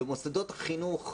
במוסדות חינוך,